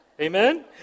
amen